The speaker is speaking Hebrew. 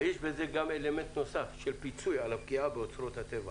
ויש בזה גם אלמנט נוסף של פיצוי על הפגיעה באוצרות הטבע.